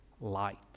light